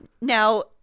Now